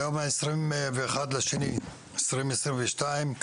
היום ה-21 בפברואר 2022,